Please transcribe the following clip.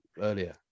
earlier